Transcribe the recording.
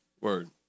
Word